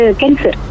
cancer